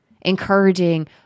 encouraging